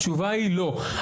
התשובה היא לא,